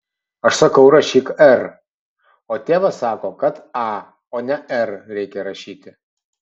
aš sakau rašyk r o tėvas sako kad a o ne r reikia rašyti